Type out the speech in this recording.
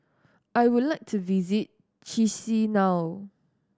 I would like to visit Chisinau